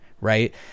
right